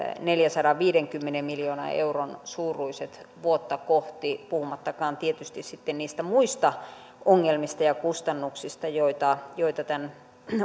neljänsadanviidenkymmenen miljoonan euron suuruiset vuotta kohti puhumattakaan tietysti sitten niistä muista ongelmista ja kustannuksista joita joita tämän